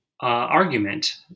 argument